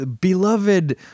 beloved